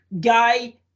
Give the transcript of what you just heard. guy